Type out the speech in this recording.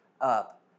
up